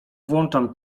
włączam